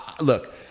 Look